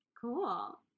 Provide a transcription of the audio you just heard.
cool